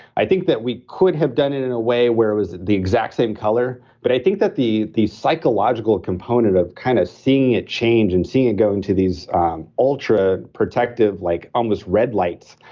i think that we could have done it in a way where it was the exact same color, but i think that the the psychological component of kind of seeing it change and seeing it go into these ultra-protective like almost red lights,